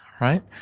Right